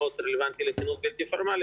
פחות רלוונטיים לחינוך הבלתי הפורמלי,